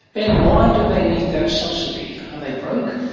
ben, why do they need that subsidy? are they broke?